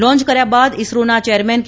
launch કર્યા બાદ ઈસરોના ચેરમેન કે